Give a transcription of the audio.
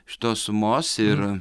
šitos sumos ir